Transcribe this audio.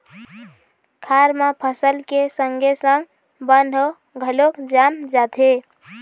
खार म फसल के संगे संग बन ह घलोक जाम जाथे